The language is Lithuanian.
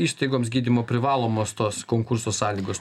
įstaigoms gydymo privalomos tos konkurso sąlygos